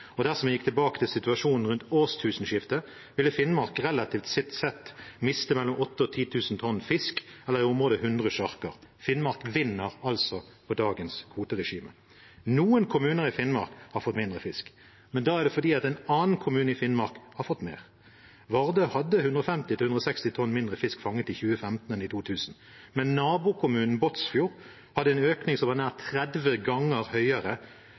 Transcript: og dersom man gikk tilbake til situasjonen rundt årtusenskiftet, ville Finnmark relativt sett miste mellom 8 000 og 10 000 tonn fisk, eller i området 100 sjarker. Finnmark vinner altså på dagens kvoteregime. Noen kommuner i Finnmark har fått mindre fisk, men da er det fordi en annen kommune i Finnmark har fått mer. Vardø hadde 150–160 tonn mindre fisk fanget i 2015 enn i 2000, men nabokommunen Båtsfjord hadde en økning som var nær 30 ganger høyere,